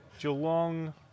Geelong